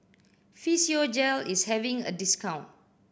Physiogel is having a discount